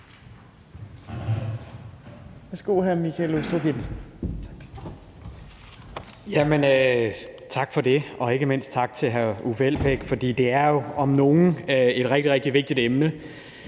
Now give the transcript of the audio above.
Tak for det, og ikke mindst tak til hr. Uffe Elbæk, for det er jo om noget et rigtig, rigtig vigtigt emne,